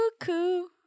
Cuckoo